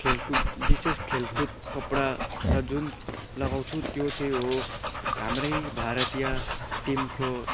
खेलकुद विशेष खेलकुद कपडा छ जुन लगाउँछु त्यो चाहिँ हो हाम्रै भारतीय टिमको